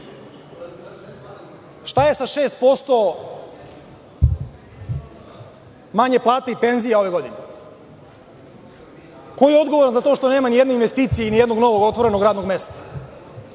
Šta je sa 6% manje plata i penzije ove godine? Ko je odgovoran za to što nema ni jedne investicije i ni jednog novog otvorenog radnog mesta?